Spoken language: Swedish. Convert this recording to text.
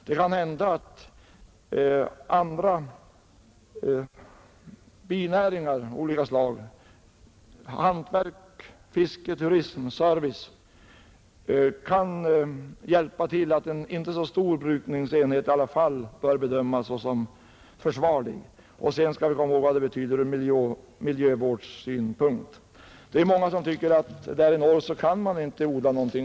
Det kan hända att binäringar av olika slag — hantverk, fiske, turism, service — kan göra att en inte så stor brukningsenhet i alla fall bör bedömas som försvarlig. Vi skall också komma ihåg vad jordbruket betyder från miljövårdssynpunkt. Det är många som tror att det inte går att odla någonting däruppe i norr.